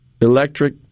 electric